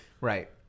Right